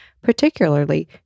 particularly